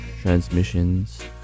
Transmissions